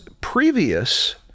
previous